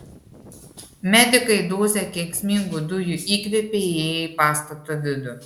medikai dozę kenksmingų dujų įkvėpė įėję į pastato vidų